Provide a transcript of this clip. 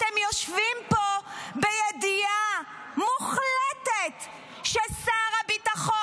אתם יושבים פה בידיעה מוחלטת ששר הביטחון